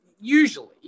usually